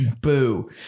boo